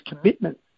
commitment